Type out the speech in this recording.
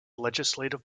legislative